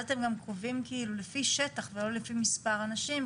אתם גם קובעים לפי שטח ולא לפי מספר אנשים.